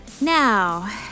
now